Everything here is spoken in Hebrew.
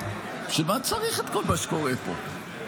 בשביל מה צריך את כל מה שקורה פה?